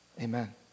amen